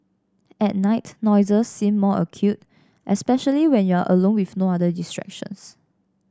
at night noises seem more acute especially when you are alone with no other distractions